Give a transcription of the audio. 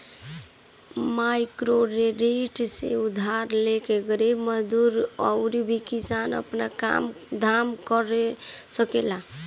microcredit से उधार लेके गरीब मजदूर अउरी किसान आपन काम धाम कर सकेलन